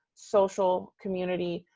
social, community,